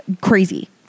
crazy